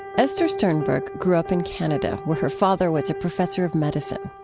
esther sternberg grew up in canada where her father was a professor of medicine.